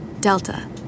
Delta